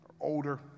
older